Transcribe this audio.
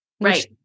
Right